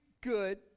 good